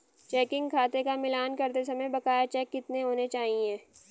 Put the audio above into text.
Checking खाते का मिलान करते समय बकाया चेक कितने होने चाहिए?